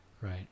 Right